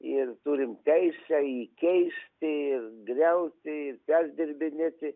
ir turi teisę jį keisti ir griauti ir perdirbinėti